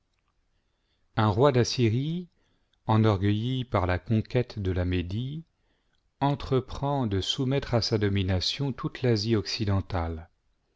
un roi d'assyrie enorgueilli par la conquête de la médie entreprend de soumettre à sa domination toute l'asie occidentale